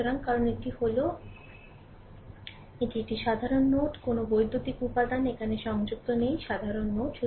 সুতরাং কারণ এটি হল এটি একটি সাধারণ নোড কোনও বৈদ্যুতিক উপাদান এখানে সংযুক্ত নেই সাধারণ নোড